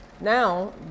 now